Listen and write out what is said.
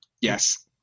yes